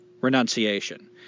Renunciation